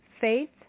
faith